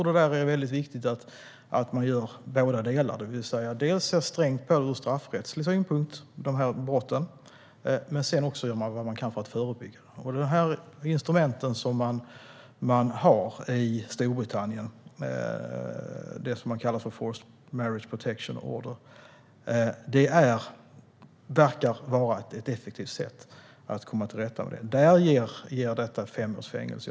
Det är viktigt att göra båda delar: dels se strängt på brotten ur straffrättslig synpunkt, dels göra vad man kan för att förebygga dem. Det instrument som finns i Storbritannien, det som kallas forced marriage protection order, verkar vara effektivt. I Storbritannien ger brottet fem års fängelse.